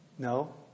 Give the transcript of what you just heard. No